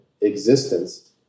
existence